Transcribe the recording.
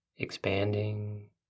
expanding